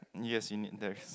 yes you need there is